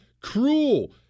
cruel